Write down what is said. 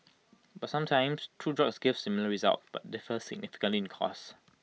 but sometimes two drugs give similar results but differ significantly in costs